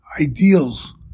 ideals